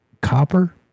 copper